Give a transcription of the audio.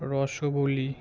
রসপুলি